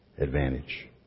advantage